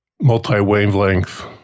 multi-wavelength